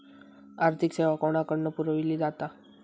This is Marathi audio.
आर्थिक सेवा कोणाकडन पुरविली जाता?